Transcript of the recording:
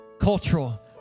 cultural